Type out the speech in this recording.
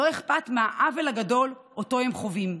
לא אכפת מהעוול הגדול שאותו עם חווים,